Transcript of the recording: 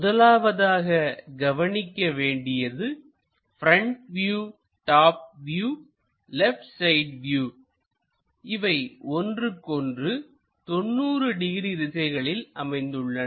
முதலாவதாக கவனிக்க வேண்டியது front view top view left side view இவை ஒன்றுக்கொன்று 90 டிகிரி திசைகளில் அமைந்துள்ளன